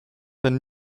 den